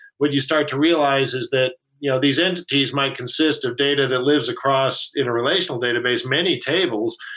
what you start to realize is that you know these entities might consist of data that lives across in a relational database many tables.